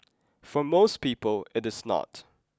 for most people it is not